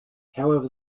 however